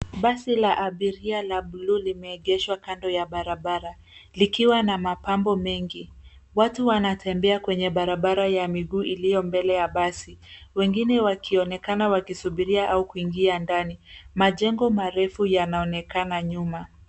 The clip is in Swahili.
Basi la abiria la blue limeegeshwa kando ya barabara likiwa na mapambo mengi. Watu wanatembea kwenye barabara ya miguu iliyo mbele ya basi. Wengine wakionekana wakisubiria au kuingia ndani. Majengo marefu yanaonekana nyuma.